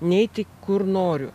neiti kur noriu